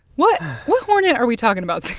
what hornet are we talking about,